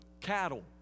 cattle